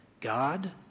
God